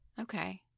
Okay